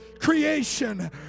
creation